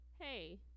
hey